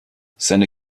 seine